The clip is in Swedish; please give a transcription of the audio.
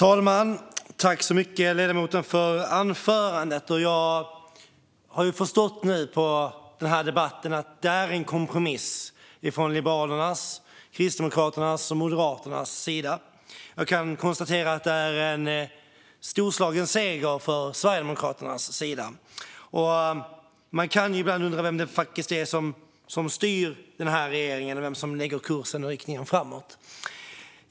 Fru talman! Jag har förstått av denna debatt att detta är en kompromiss från Liberalernas, Kristdemokraternas och Moderaternas sida. Jag kan konstatera att det är en storslagen seger för Sverigedemokraterna. Man kan ibland undra vem det faktiskt är som styr denna regering, vem som lägger kursen och anger riktningen framåt.